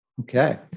Okay